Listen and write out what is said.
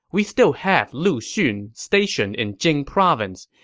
we still have lu xun stationed in jing province.